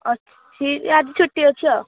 ଅଛି ଆଜି ଛୁଟି ଅଛି ଆଉ